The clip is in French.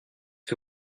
que